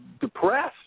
depressed